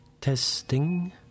Testing